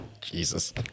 Jesus